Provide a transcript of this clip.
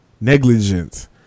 negligence